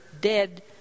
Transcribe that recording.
dead